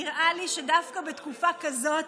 נראה לי שדווקא בתקופה כזאת,